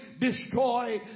destroy